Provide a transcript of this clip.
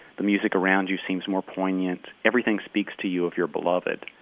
the music around you seems more poignant, everything speaks to you of your beloved.